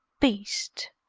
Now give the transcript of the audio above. beast.